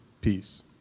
peace